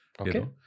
Okay